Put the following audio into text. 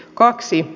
kaksi